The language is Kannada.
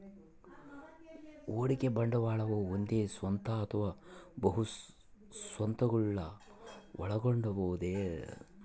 ಹೂಡಿಕೆ ಬಂಡವಾಳವು ಒಂದೇ ಸ್ವತ್ತು ಅಥವಾ ಬಹು ಸ್ವತ್ತುಗುಳ್ನ ಒಳಗೊಂಡಿರಬೊದು